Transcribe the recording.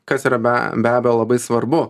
kas yra be be abejo labai svarbu